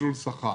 מסלול שכר.